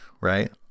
right